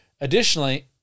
Additionally